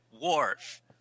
Wharf